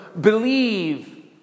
Believe